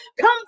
Come